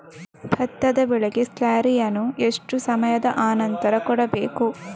ಭತ್ತದ ಬೆಳೆಗೆ ಸ್ಲಾರಿಯನು ಎಷ್ಟು ಸಮಯದ ಆನಂತರ ಕೊಡಬೇಕು?